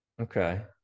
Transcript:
Okay